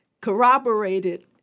corroborated